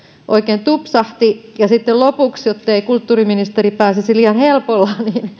oikein tupsahti ja sitten lopuksi jottei kulttuuriministeri pääsisi liian helpolla